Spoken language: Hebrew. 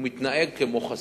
הוא מתנהג כמו חסר.